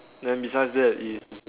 then besides that is